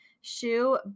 shoe